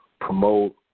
promote